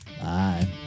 Bye